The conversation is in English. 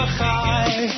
high